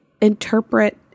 interpret